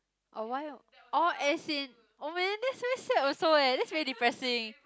or why oh oh as in oh man that's very sad also eh that's very depressing